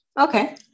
Okay